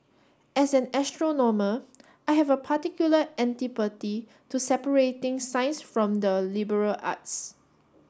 as an astronomer I have a particular antipathy to separating science from the liberal arts